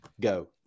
Go